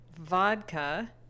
vodka